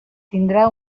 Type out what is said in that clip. tindrà